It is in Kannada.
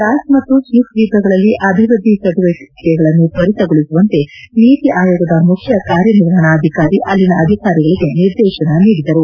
ರಾಸ್ ಮತ್ತು ಸ್ನಿತ್ ದ್ವೀಪಗಳಲ್ಲಿ ಅಭಿವೃದ್ದಿ ಚಟುವಟಿಕೆಗಳನ್ನು ತ್ವರಿತಗೊಳಿಸುವಂತೆ ನೀತಿ ಆಯೋಗದ ಮುಖ್ಯ ಕಾರ್ಯನಿರ್ವಹಣಾ ಅಧಿಕಾರಿ ಅಲ್ಲಿನ ಅಧಿಕಾರಿಗಳಿಗೆ ನಿರ್ದೇಶನ ನೀಡಿದರು